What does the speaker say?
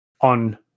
on